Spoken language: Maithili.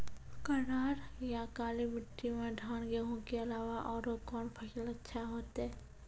करार या काली माटी म धान, गेहूँ के अलावा औरो कोन फसल अचछा होतै?